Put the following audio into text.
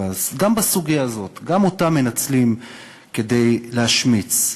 גם בסוגיה הזאת, גם אותה מנצלים כדי להשמיץ,